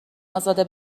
ازاده